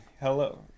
Hello